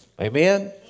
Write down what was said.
Amen